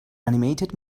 animated